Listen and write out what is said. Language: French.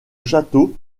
château